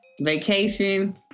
Vacation